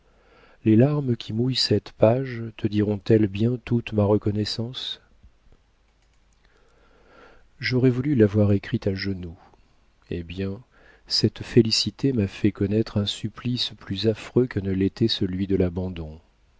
les larmes qui mouillent cette page te diront elles bien toute ma reconnaissance j'aurais voulu l'avoir écrite à genoux eh bien cette félicité m'a fait connaître un supplice plus affreux que ne l'était celui de l'abandon